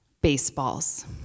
baseballs